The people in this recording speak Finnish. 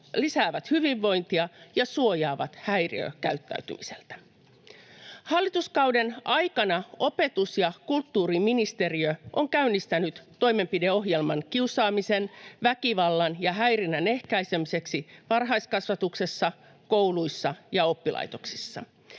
lisäävät hyvinvointia ja suojaavat häiriökäyttäytymiseltä. Hallituskauden aikana opetus- ja kulttuuriministeriö on käynnistänyt toimenpideohjelman kiusaamisen, väkivallan ja häirinnän ehkäisemiseksi varhaiskasvatuksessa, kouluissa ja oppilaitoksissa.